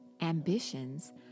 ambitions